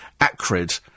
acrid